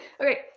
Okay